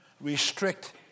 restrict